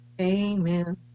amen